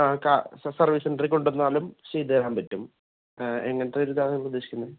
ആ car service സെൻ്ററിൽ കൊണ്ട് വന്നാലും ചെയ്ത് തരാൻ പറ്റും എങ്ങനത്തെ ഒരു ഇതാണ് നിങ്ങൾ ഉദ്ദേശിക്കുന്നത്